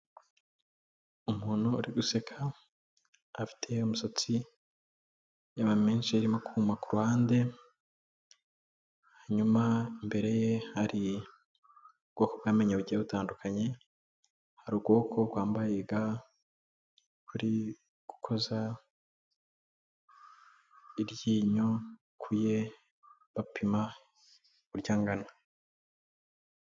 Umuntu uri guseka afite umusatsi y'amamenshi aririmo akuma kuruhande hanyuma imbere ye hari ubwoko bwamenyo bugiye butandukanye hari ukuboko kwambaye ga kuri gukoza iryinyo kuye bapima uko angana.